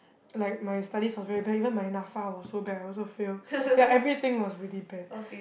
like my studies was very bad even my Napfa was so bad I also fail ya everything was really bad